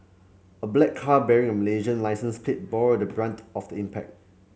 a black car bearing a Malaysian licence plate bore the brunt of the impact